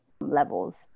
levels